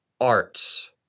arts